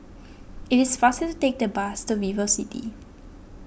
it is faster to take the bus to VivoCity